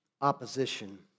opposition